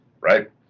right